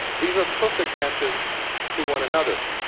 these are perfect matches to one another.